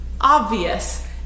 obvious